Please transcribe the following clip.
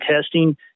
testing